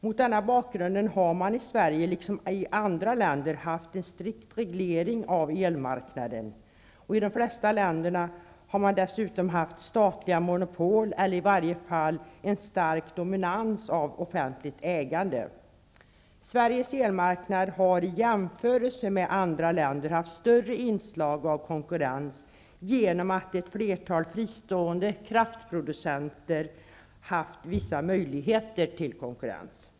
Mot denna bakgrund har man i Sverige, liksom i andra länder, haft en strikt reglering av elmarknaden. I de flesta länder har man dessutom haft statliga monopol eller i varje fall en stark dominans av offentligt ägande. I jämförelse med andra länder har Sveriges elmarknad haft större inslag av konkurrens genom att ett flertal fristående kraftproducenter haft vissa möjligheter att konkurrera.